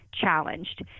challenged